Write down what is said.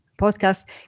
podcast